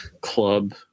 club